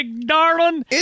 darling